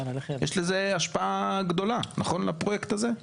יש לזה השפעה גדולה, נכון, לפרויקט הזה?